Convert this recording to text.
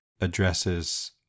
addresses